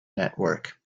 network